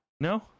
no